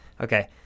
Okay